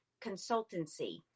consultancy